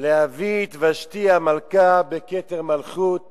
להביא את ושתי המלכה בכתר מלכות